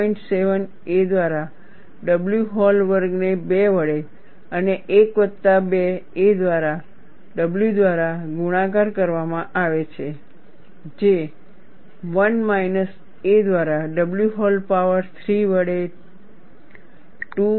7 a દ્વારા w whole વર્ગને 2 વડે 1 વત્તા 2 a દ્વારા w દ્વારા ગુણાકાર કરવામાં આવે છે 1 માઇનસ a દ્વારા w હૉલ પાવર 3 વડે 2